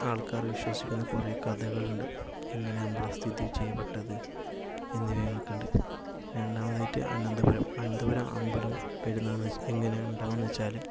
ആൾക്കാര് വിശ്വസിക്കുന്ന കുറെ കഥകളുണ്ട് ഇങ്ങനെ അമ്പലം സ്ഥിതി ചെയ്യപ്പെട്ടത് എന്നിവയൊക്കെയുണ്ട് രണ്ടാമതായിട്ട് അനന്തപുരം അനന്തപുരംഅമ്പലം വരുന്നത് എങ്ങനെ ഉണ്ടാകുന്നത് എന്നു വെച്ചാൽ